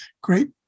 great